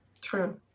True